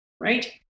Right